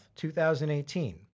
2018